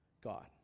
God